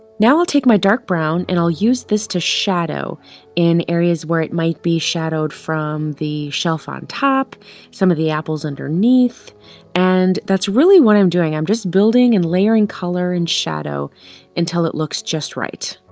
now i'll take my dark brown and i'll use this to shadow in areas where it might be shadowed from the shelf on top some of the apples underneath and that's really what i'm doing. i'm just building and layering color and shadow until it looks just right